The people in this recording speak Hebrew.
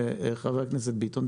חבר הכנסת ביטון,